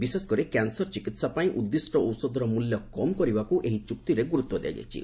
ବିଶେଷକରି କ୍ୟାନ୍ସର ଚିକିହା ପାଇଁ ଉଦ୍ଦିଷ୍ଟ ଔଷଧର ମୂଲ୍ୟ କମ୍ କରିବାକୁ ଏହି ଚୁକ୍ତିରେ ଗୁରୁତ୍ୱ ଦିଆଯାଇଛି